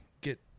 get